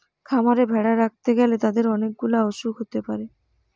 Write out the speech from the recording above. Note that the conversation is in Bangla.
খামারে ভেড়া রাখতে গ্যালে তাদের অনেক গুলা অসুখ হতে পারে